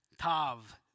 Tav